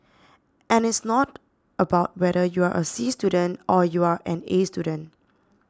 and it's not about whether you are a C student or you're an A student